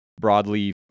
broadly